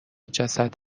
جسد